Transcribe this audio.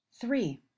Three